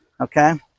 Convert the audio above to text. Okay